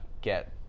get